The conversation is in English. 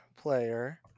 player